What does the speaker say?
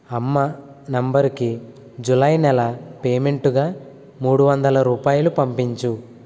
అమ్మ నంబరుకి జూలై నెల పేమెంటుగా రూ మూడు వందల పంపించు